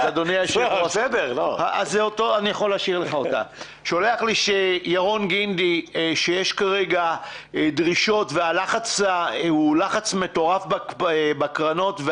ירון גינדי שולח לי שיש כרגע דרישות ויש לחץ מטורף על הקרנות,